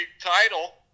title